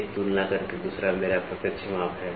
एक तुलना करके दूसरा मेरा प्रत्यक्ष माप है